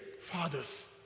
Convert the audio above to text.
Fathers